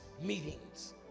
meetings